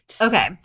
Okay